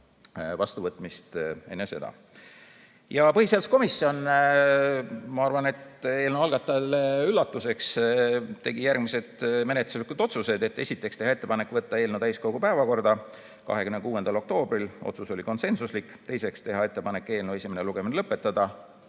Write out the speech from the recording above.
Põhiseaduskomisjon, ma arvan, et eelnõu algatajale üllatuseks, tegi järgmised menetluslikud otsused. Esiteks, teha ettepanek võtta eelnõu täiskogu päevakorda 26. oktoobriks. Otsus oli konsensuslik. Teiseks, teha ettepanek eelnõu esimene lugemine lõpetada.